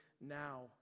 now